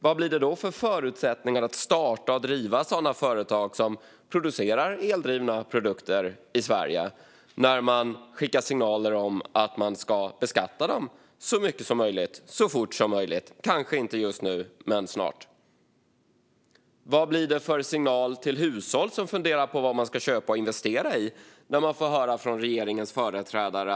Vad blir det för förutsättningar att starta och driva företag som producerar eldrivna produkter i Sverige när man skickar signaler om att man ska beskatta dem så mycket som möjligt och så fort som möjligt - kanske inte just nu men snart? Vad blir det för signal till hushåll som funderar på vad de ska köpa och investera i när de får höra detta från regeringens företrädare?